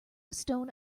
stone